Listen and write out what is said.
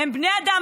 הם בני אדם.